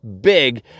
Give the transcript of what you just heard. big